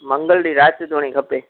मंगल ॾींहं राति ताईं खपे